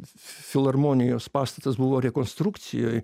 filharmonijos pastatas buvo rekonstrukcijoj